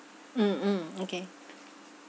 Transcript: mm mm okay